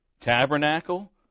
tabernacle